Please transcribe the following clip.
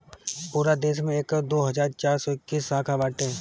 पूरा देस में एकर दो हज़ार चार सौ इक्कीस शाखा बाटे